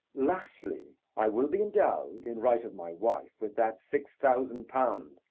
lastly, i will be endowed, in right of my wife, with that six thousand pound,